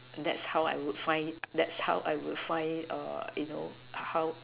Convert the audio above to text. that's how I would find it that's how I would find it you know how